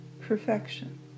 perfection